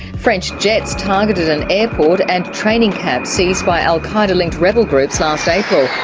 french jets targeted an airport and training camp seized by al-qaeda linked rebel groups last april.